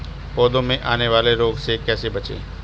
पौधों में आने वाले रोग से कैसे बचें?